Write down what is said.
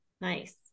Nice